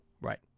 Right